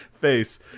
face